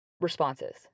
responses